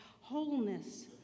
wholeness